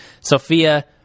sophia